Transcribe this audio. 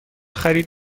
خرید